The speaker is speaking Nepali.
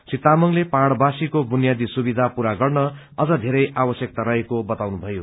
श्री तामाङले पहाड़वासीले बुनियादी सुविधा पूरा गर्न अझ धेरै आवश्यक्ता रहेको बताउनु भयो